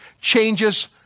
changes